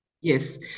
Yes